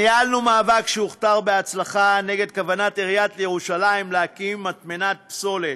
ניהלנו מאבק שהוכתר בהצלחה נגד כוונת עיריית ירושלים להקים מטמנת פסולת.